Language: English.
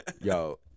yo